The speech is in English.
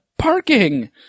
parking